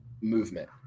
movement